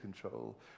control